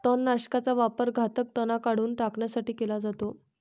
तणनाशकाचा वापर घातक तणांना काढून टाकण्यासाठी केला जातो